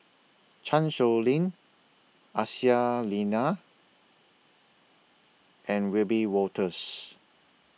Chan Sow Lin Aisyah Lyana and Wiebe Wolters